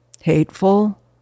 hateful